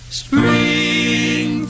spring